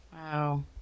Wow